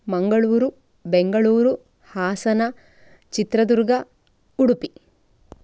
Mangaluru Bengaluru Hassan Chitradurga Udupi